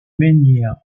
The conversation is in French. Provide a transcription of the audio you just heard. menhir